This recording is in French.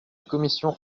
commission